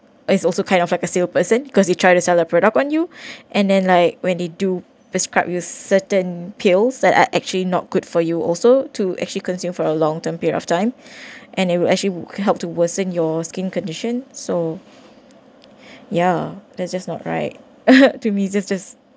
it's also kind of like a sale person because he try to sell a product on you and then like when they do describe you certain pills that are actually not good for you also to actually consume for a long term period of time and it will actually help to worsen your skin condition so yeah that's just not right to me is just